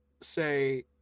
say